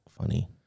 funny